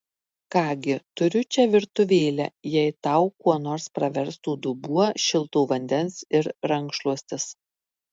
ką gi turiu čia virtuvėlę jei tau kuo nors praverstų dubuo šilto vandens ir rankšluostis